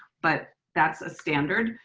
but that's a standard.